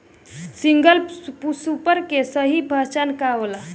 Single super के सही पहचान का होला?